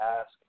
ask